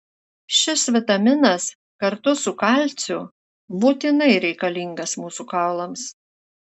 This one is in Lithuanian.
šis vitaminas kartu su kalciu būtinai reikalingas mūsų kaulams